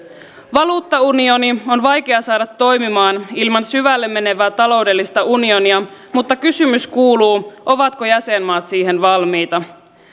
valuuttaunioni on vaikea saada toimimaan ilman syvälle menevää taloudellista unionia mutta kysymys kuuluu ovatko jäsenmaat siihen valmiita